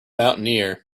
mountaineer